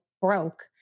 broke